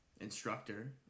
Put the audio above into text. instructor